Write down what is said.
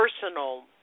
personal